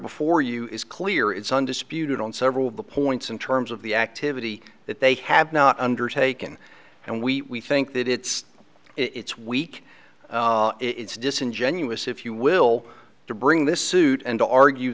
before you is clear it's undisputed on several of the points in terms of the activity that they have not undertaken and we think that it's it's weak it's disingenuous if you will to bring this suit and to argue